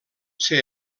ser